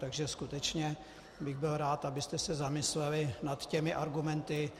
Takže skutečně bych byl rád, abyste se zamysleli nad těmi argumenty.